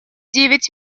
девять